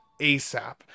ASAP